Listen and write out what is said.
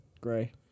gray